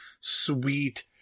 sweet